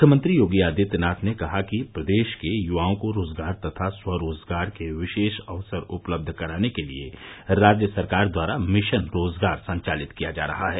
मुख्यमंत्री योगी आदित्यनाथ ने कहा कि प्रदेश के युवाओं को रोजगार तथा स्वरोजगार के विशेष अवसर उपलब्ध कराने के लिये राज्य सरकार द्वारा मिश्न रोजगार संचालित किया जा रहा है